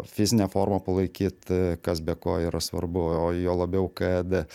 fizinę formą palaikyt kas be ko yra svarbu o juo labiau kad